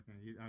Okay